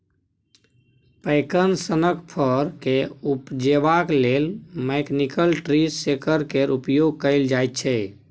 पैकन सनक फर केँ उपजेबाक लेल मैकनिकल ट्री शेकर केर प्रयोग कएल जाइत छै